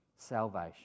Salvation